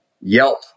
Yelp